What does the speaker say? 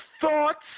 thoughts